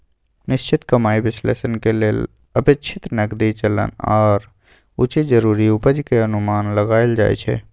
निश्चित कमाइ विश्लेषण के लेल अपेक्षित नकदी चलन आऽ उचित जरूरी उपज के अनुमान लगाएल जाइ छइ